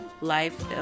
Life